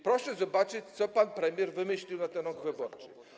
Proszę zobaczyć, co pan premier wymyślił na ten rok wyborczy,